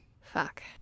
Fuck